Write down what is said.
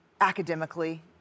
Academically